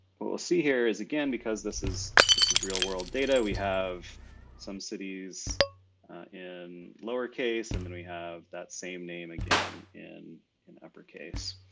what we'll see here is again, because this is this is real-world data. we have some cities in lower case, and then we have that same name again in an upper